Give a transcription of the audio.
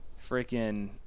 freaking